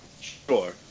Sure